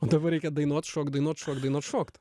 dabar reikia dainuot šokt dainuot šokt dainuot šokt